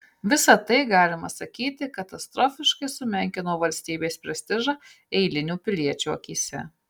visa tai galima sakyti katastrofiškai sumenkino valstybės prestižą eilinių piliečių akyse